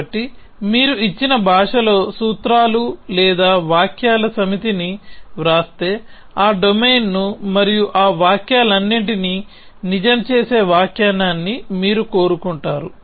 కాబట్టి మీరు ఇచ్చిన భాషలో సూత్రాలు లేదా వాక్యాల సమితిని వ్రాస్తేఆ డొమైన్ను మరియు ఆ వాక్యాలన్నింటినీ నిజం చేసే వ్యాఖ్యానాన్ని మీరు కనుగొంటారు